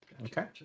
Okay